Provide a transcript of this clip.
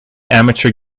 amateur